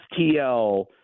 STL